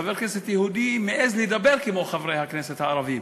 חבר כנסת יהודי מעז לדבר כמו חברי הכנסת הערבים,